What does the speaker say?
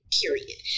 period